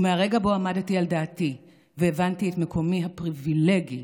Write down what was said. ומהרגע שבו עמדתי על דעתי והבנתי את מקומי הפריבילגי